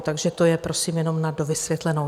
Takže to je prosím jenom na dovysvětlenou.